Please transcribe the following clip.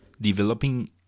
developing